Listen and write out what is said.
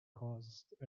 caused